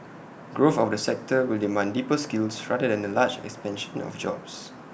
growth of the sector will demand deeper skills rather than A large expansion of jobs